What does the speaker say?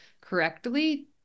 correctly